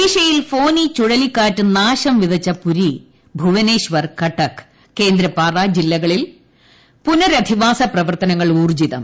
ഒഡീഷയിൽ ഫോനി ചുഴലിക്കാറ്റ് നാശം വിതച്ച ന് പുരി ഭുവനേശ്വർ കട്ടക്ക് കേന്ദ്രപ്പാറാ ജില്ലകളിൽ പുനരധിവാസ പ്രവർത്തനങ്ങൾ ഊർജ്ജിതം